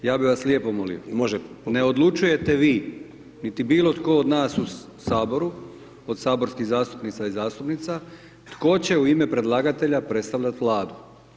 Ja bih vas lijepo molio, ne odlučujete vi niti bilo tko od nas u Saboru od saborskih zastupnica i zastupnika tko će u ime predlagatelja predstavljati Vladu.